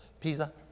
Pizza